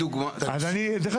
אבל זה לא